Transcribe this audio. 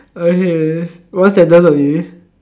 okay one sentence only